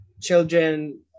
children